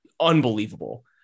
unbelievable